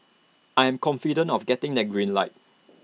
I am confident of getting that green light